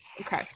Okay